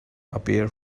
appear